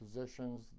positions